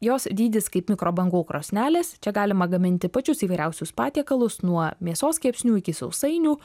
jos dydis kaip mikrobangų krosnelės čia galima gaminti pačius įvairiausius patiekalus nuo mėsos kepsnių iki sausainių